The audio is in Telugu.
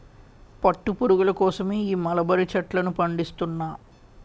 పట్టు పురుగుల కోసమే ఈ మలబరీ చెట్లను పండిస్తున్నా